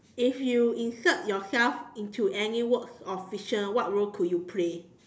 if you insert yourself into any work of fiction what role could you play